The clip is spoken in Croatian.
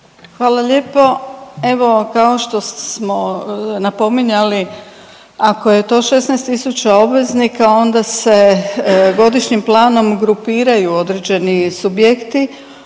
Hvala lijepo. Evo kao što smo napominjali ako je to 16000 obveznika onda se godišnjim planom grupiraju određeni subjekti,